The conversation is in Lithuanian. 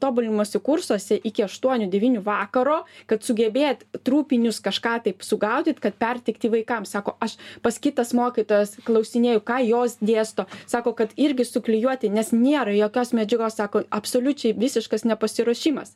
tobulinimosi kursuose iki aštuonių devynių vakaro kad sugebėt trupinius kažką taip sugaudyt kad perteikti vaikams sako aš pas kitas mokytojas klausinėju ką jos dėsto sako kad irgi suklijuoti nes nėra jokios medžiagos sako absoliučiai visiškas nepasiruošimas